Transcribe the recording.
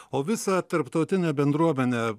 o visa tarptautinė bendruomenė